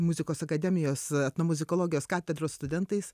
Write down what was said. muzikos akademijos etnomuzikologijos katedros studentais